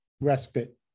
respite